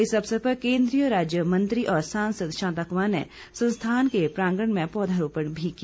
इस अवसर पर केंद्रीय राज्य मंत्री और सांसद शांता कुमार ने संस्थान के प्रांगण में पौधारोपण भी किया